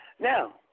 now